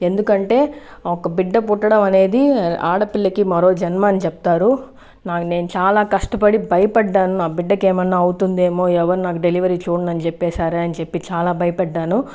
ఎందుకంటే ఒక బిడ్డ పుట్టడం అనేది ఆడపిల్లకి మరో జన్మ అని చెప్తారు నా నేను చాలా కష్టపడి భయపడ్డాను నా బిడ్డకు ఏమన్నా అవుతుందేమో ఎవరు నాకు డెలివరీ చూడండి అని చెప్పేసారు అని చెప్పి చాలా భయపడ్డాను